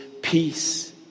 peace